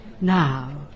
Now